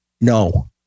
No